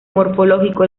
morfológico